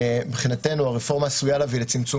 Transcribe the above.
מבחינתנו הרפורמה עשויה להביא לצמצום